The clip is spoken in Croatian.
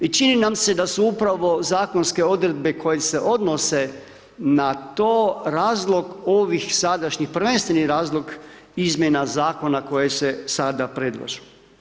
I čini nam se da su upravo zakonske odredbe koje se odnose na to, razlog ovih sadašnjih, prvenstveni razlog izmjena zakona koje se sada predlažu.